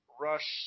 rush